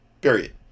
Period